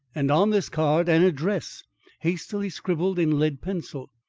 and on this card, an address hastily scribbled in lead pencil.